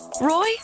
Roy